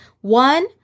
One